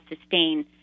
sustain